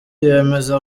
yemeza